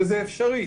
וזה אפשרי.